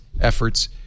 efforts